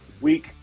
week